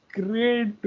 Great